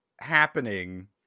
happening